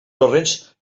torrents